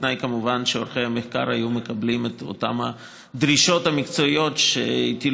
בתנאי כמובן שעורכי המחקר היו מקבלים את אותן דרישות מקצועיות שהטילו